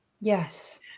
yes